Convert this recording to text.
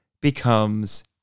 becomes